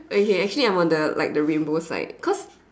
okay actually I'm on the like the rainbow side because